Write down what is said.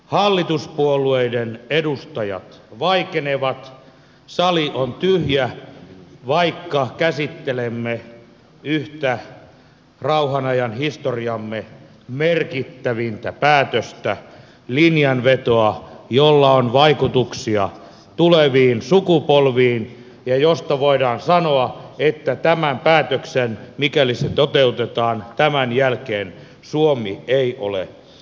hallituspuolueiden edustajat vaikenevat sali on tyhjä vaikka käsittelemme yhtä rauhan ajan historiamme merkittävimmistä päätöksistä linjanvetoa jolla on vaikutuksia tuleviin sukupolviin ja josta voidaan sanoa että tämän päätöksen jälkeen mikäli se toteutetaan suomi ei ole entisensä